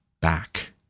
back